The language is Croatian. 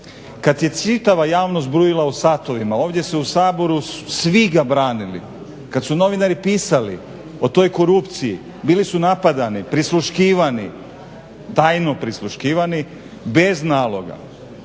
Kad je čitava javnost brujila o satovima ovdje su u Saboru svi ga branili, kad su novinari pisali o toj korupciji bili su napadani, prisluškivani, tajno prisluškivani bez naloga.